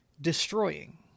destroying